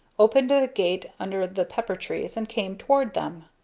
opened the gate under the pepper trees and came toward them.